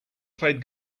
played